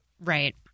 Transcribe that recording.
Right